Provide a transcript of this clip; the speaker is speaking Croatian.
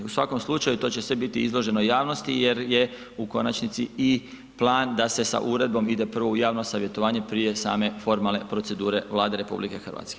U svakom slučaju, to će sve biti izloženo javnosti jer je u konačnici i plan da se sa uredbom ide prvo u javno savjetovanje prije same formalne procedure Vlade RH.